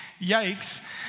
Yikes